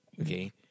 Okay